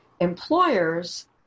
Employers